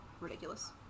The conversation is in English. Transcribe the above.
ridiculous